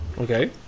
Okay